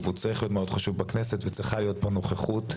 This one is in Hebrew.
שצריך להיות מאוד חשוב בכנסת וצריכה להיות פה נוכחות.